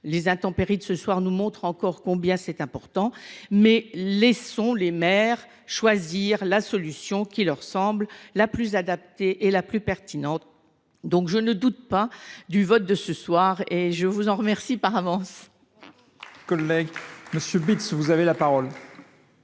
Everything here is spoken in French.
Les intempéries de ce jour nous montrent, encore une fois, combien cet enjeu est important. Laissons les maires choisir la solution qui leur semble la plus adaptée et la plus pertinente ! Je ne doute pas du vote de ce soir et vous en remercie par avance,